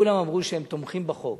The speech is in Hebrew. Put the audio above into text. וכולם אמרו שהם תומכים בחוק,